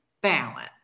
balance